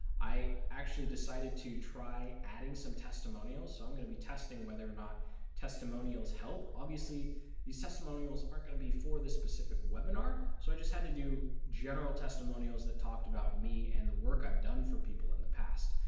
i actually decided to try adding some testimonials, so i'm going to be testing whether or not testimonials help. obviously these testimonials aren't going to be for this pacific webinar, so i just had to do testimonials that talked about me and the work i have done for people in the past.